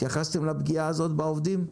התייחסתם לפגיעה הזאת בעובדים?